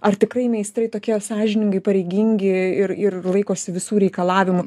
ar tikrai meistrai tokie sąžiningai pareigingi ir ir laikosi visų reikalavimų